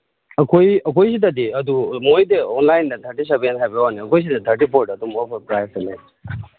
ꯑꯩꯈꯣꯏ ꯑꯩꯈꯣꯏ ꯁꯤꯗꯗꯤ ꯑꯗꯨ ꯃꯣꯏꯗ ꯑꯣꯟꯂꯥꯏꯟꯗ ꯊꯥꯔꯇꯤ ꯁꯕꯦꯟ ꯍꯥꯏꯕ ꯋꯥꯅꯦ ꯑꯩꯈꯣꯏ ꯁꯤꯗ ꯊꯥꯔꯇꯤ ꯐꯣꯔꯗ ꯑꯗꯨꯝ ꯑꯣꯐꯔ ꯄ꯭ꯔꯥꯏꯇ ꯂꯩ